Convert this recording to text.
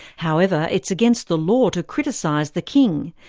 however it's against the law to criticise the king,